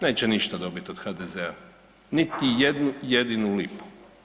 Neće ništa dobiti od HDZ-a, niti jednu jedinu lipu.